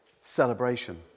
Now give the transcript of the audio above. celebration